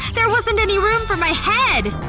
there wasn't any room for my head!